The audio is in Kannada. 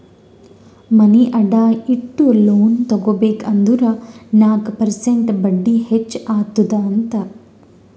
ಮನಿ ಅಡಾ ಇಟ್ಟು ಲೋನ್ ತಗೋಬೇಕ್ ಅಂದುರ್ ನಾಕ್ ಪರ್ಸೆಂಟ್ ಬಡ್ಡಿ ಹೆಚ್ಚ ಅತ್ತುದ್ ಅಂತ್